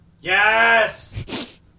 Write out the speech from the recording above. Yes